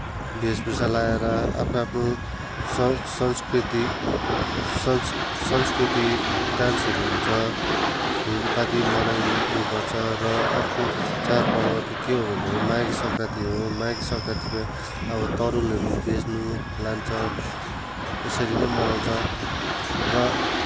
वेषभूषा लाएर आफ्नो आफ्नो संस्कृति सन्स संस्कृति डान्सहरू हुन्छ फुलपाती मनाइने गर्छ र अर्को चाड पर्व चाहिँ के हो भन्दाखेरि माघे सङ्क्रान्ति हो माघे सङ्क्रान्तिमा अब तरुलहरू बेच्नु लान्छ यसरी नै मनाउँछ र